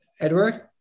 edward